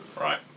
Right